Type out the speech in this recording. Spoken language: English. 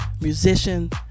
musician